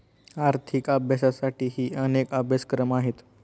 आर्थिक अभ्यासासाठीही अनेक अभ्यासक्रम आहेत